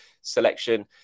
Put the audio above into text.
selection